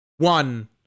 One